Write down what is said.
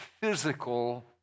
physical